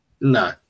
no